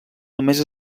només